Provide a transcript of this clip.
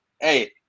hey